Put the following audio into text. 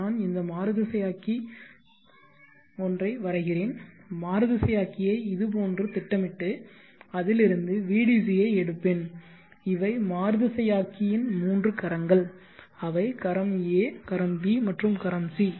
நான் இந்த மாறுதிசையாக்கி ஒன்றிய வரைகிறேன் மாறுதிசையாக்கியை இதுபோன்று திட்டமிட்டு அதில் இருந்து Vdc ஐ எடுப்பேன் இவை மாறுதிசையாக்கி ன் 3 கரங்கள் அவை கரம் a கரம் b மற்றும் கரம் c